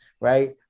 right